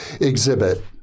exhibit